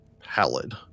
pallid